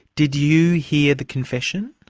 did you hear the confession?